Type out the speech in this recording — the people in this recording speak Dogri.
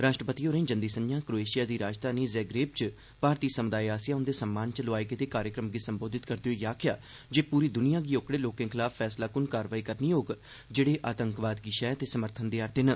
राष्ट्रपति होर जंदी संझां क्रोएशिया दी राजधानी ज़ैगरेब च भारती समुदाय आसेआ उंदे सम्मान च लोआए गेदे कार्यक्रम गी संबोधित करदे होई आखेआ जे पूरी दुनिया गी ओकड़े लोर्के खलाफ फैसलाक्न कार्रवाई करनी होग जेहड़े आतंकवाद गी शैह् ते समर्थन देआ' रदे न